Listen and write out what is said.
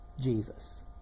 Jesus